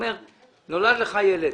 שנולד לך ילד,